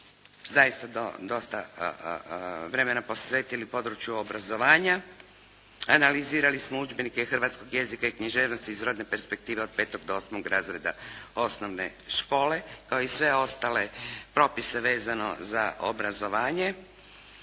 zaista dosta vremena posvetili području obrazovanja. Analizirali smo udžbenike hrvatskog jezika i književnosti iz rodne perspektive od 5 do 8 razreda osnovne škole kao i sve ostale propise vezano za obrazovanje.